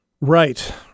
Right